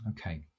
okay